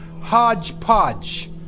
hodgepodge